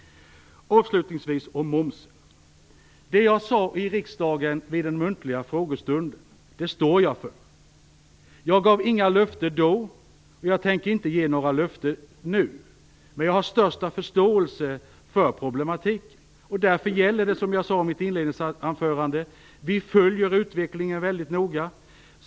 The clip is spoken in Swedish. Avslutningsvis vill jag säga några ord om momsen. Jag står för det jag sade i riksdagen vid den muntliga frågestunden. Jag gav inga löften då, och jag tänker inte ge några löften nu. Men jag har den största förståelse för problematiken. Därför gäller det som jag sade i mitt inledningsanförande - vi följer utvecklingen mycket noga.